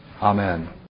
Amen